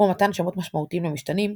כמו מתן שמות משמעותיים למשתנים,